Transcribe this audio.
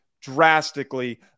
drastically